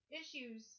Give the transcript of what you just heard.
issues